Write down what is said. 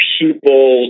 people